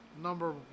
number